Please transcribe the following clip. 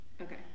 okay